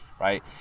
Right